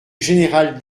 général